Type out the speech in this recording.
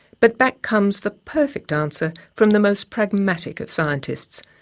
but back comes the perfect answer from the most pragmatic of scientists.